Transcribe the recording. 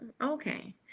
Okay